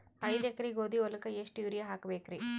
ಐದ ಎಕರಿ ಗೋಧಿ ಹೊಲಕ್ಕ ಎಷ್ಟ ಯೂರಿಯಹಾಕಬೆಕ್ರಿ?